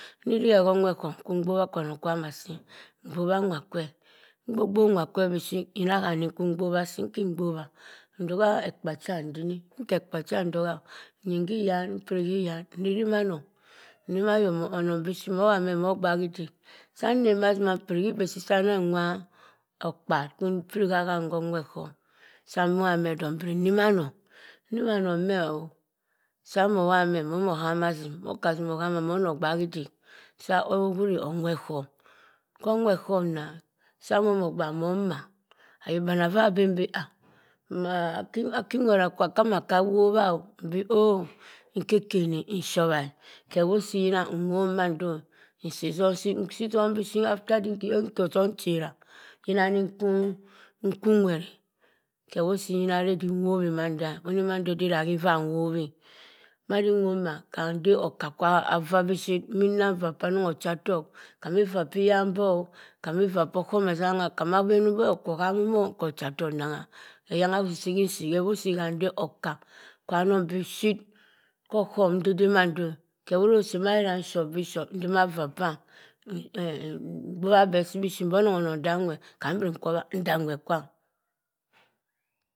Nvirighe kho onwert som, nkuru mgbogha kwanong kwam asii, mgbobha nnwah kwe. Mgbo gbob nwa kwe bishit yina ham nii kwi mgbobha asii. Nki mgbogha. ntogha ekpa cham nyin hya moh mpiri hyam nnima anong nnima anong bishit moh bham meh nnogbak idik. sah nneng maa nnang dah impiri hibi sa ndan yigha okparr impri kha aham kho onwet ghom. Sam nwobha meh mbri nnima anong, nnima anong meh o sa mowobha meh moh nama azim, moka azim ohame mogbak idik sah ohuri onwert ghom. Soh onwort ghom na, sa moh ano gbak moh mah. Ayok bani affa benbi ah. akah nwert akwa. kha ma kah wobha o? Mbi oh nki ken insobha e ghe wosi yina nwob mando. nsii isom bishit af for sii nka osom nchera, yina ni nkwu nwert e. Hewosi dah arem di yina nwob manda e. Oni mando ode wani nvaa nwobhe. Madi nwob mah, ham nde oka kwa vaa bishit min nang vaa pa anong ochatok. Khami vaa poyan boh o, khami vaa poh oghom esengha, khoma benibeh okwo oharim oh kho achafok nnangha eyangha osisi hinsii. Ham ndeh aka kwa anong bishit kho aghom ndede mando e khe ira osii madi nshop beh shop ntima vaa pam ongboha beh sii biship mbe onong onong sah nwert. ham mbri zanwert kwam.